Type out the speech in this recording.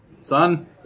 son